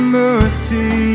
mercy